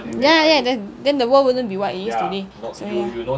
ya lah ya lah then then the world wouldn't be what it is today so ya